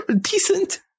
decent